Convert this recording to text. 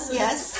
yes